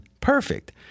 perfect